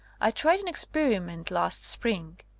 i tried an experiment last spring.